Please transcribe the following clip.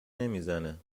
نمیزنه